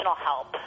help